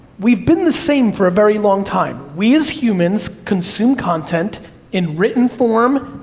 we've been the same for a very long time. we, as humans, consume content in written form,